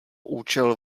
účel